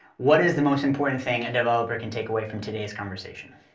what is the most important thing a developer can take away from today's conversation?